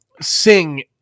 sing